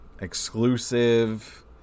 exclusive